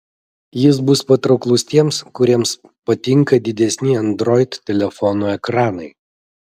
jis bus patrauklus tiems kuriems patinka didesni android telefonų ekranai